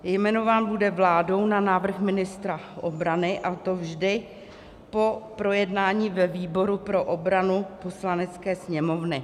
Jmenován bude vládou na návrh ministra obrany, a to vždy po projednání ve výboru pro obranu Poslanecké sněmovny.